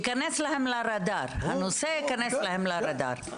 שהנושא ייכנס להם לרדאר.